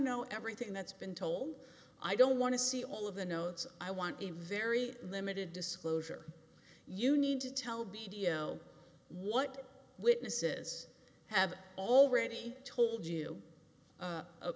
know everything that's been told i don't want to see all of the notes i want a very limited disclosure you need to tell b t o what witnesses have already told you